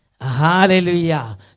Hallelujah